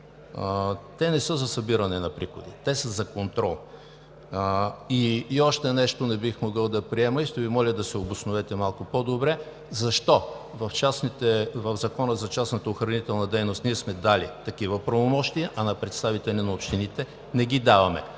не са за събиране на приходи, те са за контрол. Не бих могъл да приема още нещо и ще Ви моля да се обосновете малко по-добре: защо в Закона за частната охранителна дейност ние сме дали такива правомощия, а на представителите на общините не ги даваме?